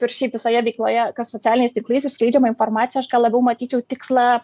ir šiaip visoje veikloje kas socialiniais tinklais skleidžiama informacija ką labiau matyčiau tikslą